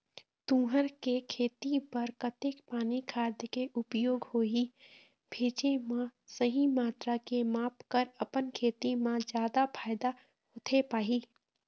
तुंहर के खेती बर कतेक पानी खाद के उपयोग होही भेजे मा सही मात्रा के माप कर अपन खेती मा जादा फायदा होथे पाही?